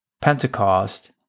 Pentecost